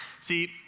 See